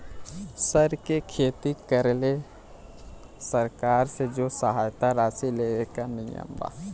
सर के खेती करेला सरकार से जो सहायता राशि लेवे के का नियम बा?